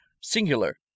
Singular